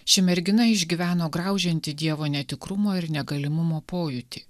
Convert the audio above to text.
ši mergina išgyveno graužiantį dievo netikrumo ir negalimumo pojūtį